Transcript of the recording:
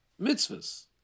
mitzvahs